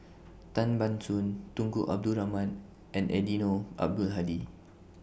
Tan Ban Soon Tunku Abdul Rahman and Eddino Abdul Hadi